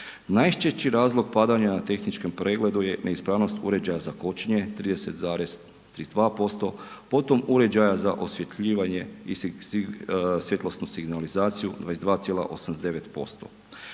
Najčešći razlog padanja na tehničkom pregledu je neispravnost uređaja za kočenje, 30,32%, potom uređaja za osvjetljivanja i svjetlosnu signalizaciju, 22,89%.